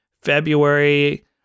February